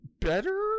better